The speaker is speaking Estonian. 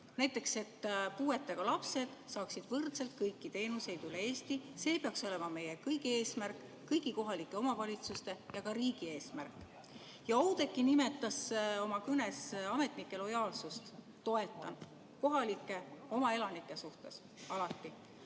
Näiteks, et puuetega lapsed saaksid võrdselt kõiki teenuseid üle Eesti. See peaks olema meie kõigi eesmärk, kõigi kohalike omavalitsuste ja ka riigi eesmärk. Oudekki nimetas oma kõnes ametnike lojaalsust. Toetan seda – kohalike, oma elanike suhtes alati.